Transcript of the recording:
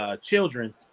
children